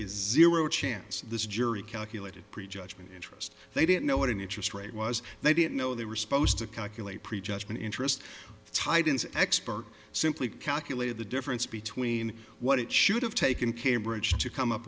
is zero chance this jury calculated pre judgment interest they didn't know what an interest rate was they didn't know they were supposed to calculate prejudgment interest titans expert simply calculated the difference between what it should have taken care bridge to come up